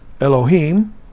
Elohim